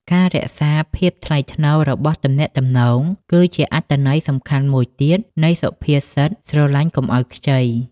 ការរក្សាភាពថ្លៃថ្នូររបស់ទំនាក់ទំនងគឺជាអត្ថន័យសំខាន់មួយទៀតនៃសុភាសិត "ស្រឡាញ់កុំឲ្យខ្ចី"។